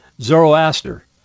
Zoroaster